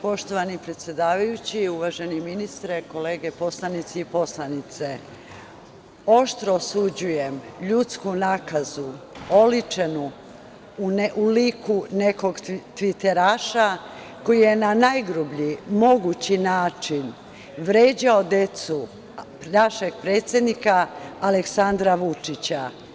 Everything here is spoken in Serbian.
Poštovani predsedavajući, uvaženi ministre, kolege poslanici i poslanice, oštro osuđujem ljudsku nakazu oličenu u liku nekog tviteraša koji je na najgrublji mogući način vređao decu našeg predsednika Aleksandra Vučića.